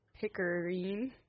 Pickering